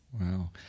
Wow